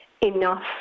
enough